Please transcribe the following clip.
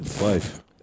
Life